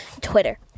Twitter